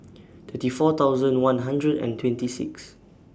twenty four thousand one hundred and twenty six